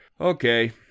Okay